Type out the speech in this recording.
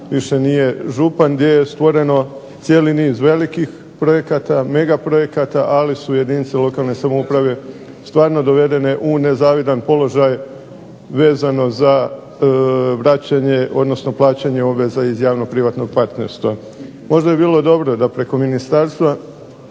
više nije župan. Gdje je stvoreno cijeli niz mega projekata ali su jedinice lokalne samouprave stvarno dovedene u nezavidan položaj vezano za plaćanje obveza iz javno privatnog partnerstva. Možda bi bilo dobro da preko ministarstva